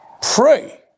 Pray